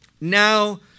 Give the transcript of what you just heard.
Now